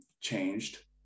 changed